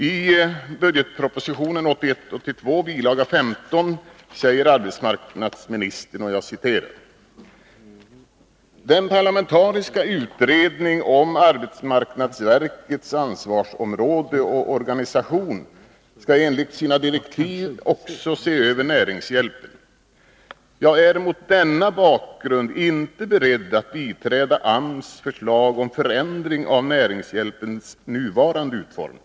I budgetpropositionen 1981/82:100 bilaga 15 säger arbetsmarknadsministern: ”Den parlamentariska utredningen om arbetsmarknadsverkets ansvarsområde och organisation skall enligt sina direktiv också se över näringshjälpen. Jag är mot denna bakgrund inte beredd att biträda AMS förslag om förändringar av näringshjälpens nuvarande utformning.